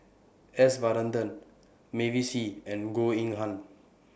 S Varathan Mavis Hee and Goh Eng Han